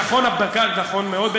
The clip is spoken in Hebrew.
נכון מאוד.